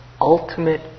ultimate